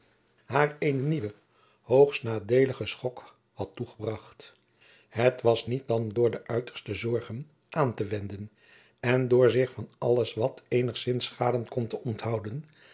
haar eenen nieuwen hoogst nadeeligen schok had toegebracht het was niet dan door de uiterste zorgen aan te wenden en door zich van alles wat eenigzins schaden kon te onthouden